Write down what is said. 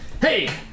Hey